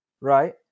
right